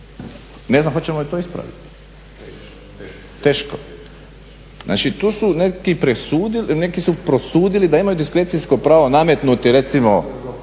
Ne znam hoćemo li to ispraviti. Teško. Znači neki su prosudili da imaju diskrecijsko pravo nametnuti recimo